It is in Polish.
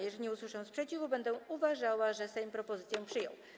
Jeżeli nie usłyszę sprzeciwu, będę uważała, że Sejm propozycję przyjął.